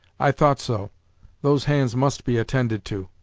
i thought so those hands must be attended to